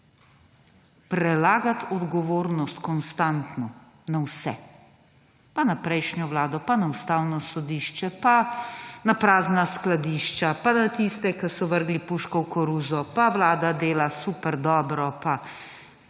prelagati odgovornost na vse, pa na prejšnjo vlado, pa na Ustavno sodišče, pa na prazna skladišča, pa na tiste, ki so vrgli puško v koruzo, pa vlada dela super, dobro, pa